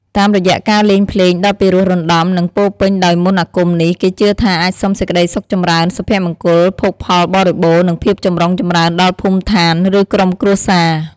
តាមរយៈការលេងភ្លេងដ៏ពីរោះរណ្តំ និងពោរពេញដោយមន្តអាគមនេះ គេជឿថាអាចសុំសេចក្តីសុខចម្រើន សុភមង្គល ភោគផលបរិបូណ៌ និងភាពចម្រុងចម្រើនដល់ភូមិឋាន ឬក្រុមគ្រួសារ។